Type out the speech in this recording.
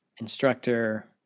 instructor